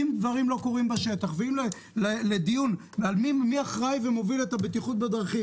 אם דברים לא קורים בשטח ואם לדיון על מי אחראי ומוביל את הבטיחות בדרכים